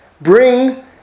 bring